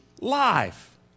life